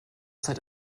zeit